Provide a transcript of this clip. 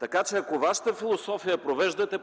Така че ако това е вашата философия,